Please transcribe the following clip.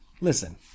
Listen